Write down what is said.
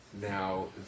now